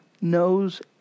knows